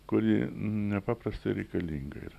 kuri nepaprastai reikalinga yra